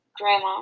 grandma